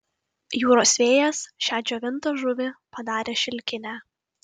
jūros vėjas šią džiovintą žuvį padarė šilkinę